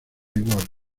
igual